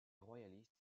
royaliste